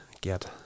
get